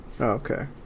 okay